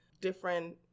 different